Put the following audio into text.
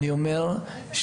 אני אומר שהעולם